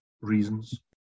reasons